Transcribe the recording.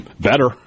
Better